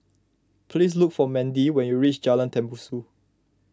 please look for Mendy when you reach Jalan Tembusu